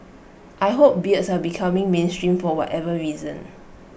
I hope beards are becoming mainstream for whatever reason